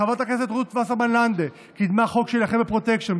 חברת הכנסת רות וסרמן לנדה קידמה חוק שיילחם בפרוטקשן,